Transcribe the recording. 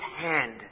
hand